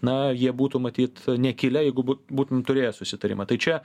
na jie būtų matyt nekilę jeigu būt būtum turėję susitarimą tai čia